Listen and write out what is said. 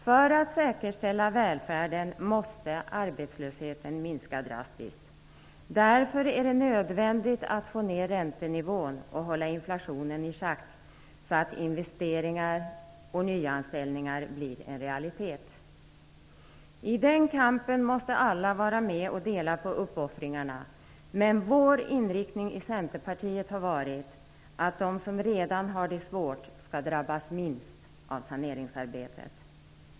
För att vi skall kunna säkerställa välfärden måste arbetslösheten minska drastiskt. Därför är det nödvändigt att få ned räntenivån och att hålla inflationen i schack så att investeringar och nyanställningar blir en realitet. I den kampen måste alla vara med och dela på uppoffringarna. Men vår inriktning i Centerpartiet har varit att de som redan har det svårt skall drabbas minst av saneringsarbetet.